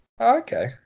okay